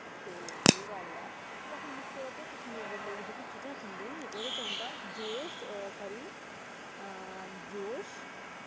ते एह् गल्ल ऐ ते बाकी मुक्ख तौरा उप्पर कश्मीर दे लोक जेह्कियां चीजां खंदे निं ओह्दे औंदा जोश सारी जौश